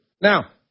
Now